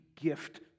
gift